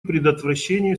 предотвращению